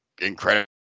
incredible